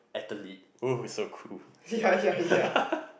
athlete !whoo! it's so cool